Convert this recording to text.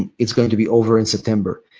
and it's going to be over in september?